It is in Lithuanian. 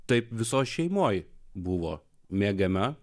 taip visos šeimoje buvo mėgiama